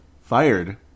fired